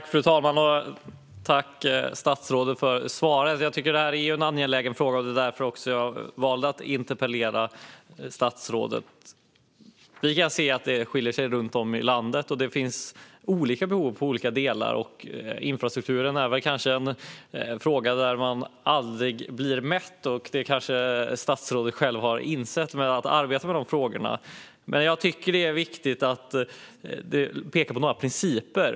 Fru talman! Tack, statsrådet, för svaret! Jag tycker att det här är en angelägen fråga, och det är också därför jag valde att interpellera statsrådet. Vi kan se att det finns olika behov i olika delar av landet, och infrastrukturen är väl kanske en fråga där man aldrig blir mätt. Det kanske statsrådet själv har insett genom att arbeta med de frågorna. Men det är viktigt att peka på några principer.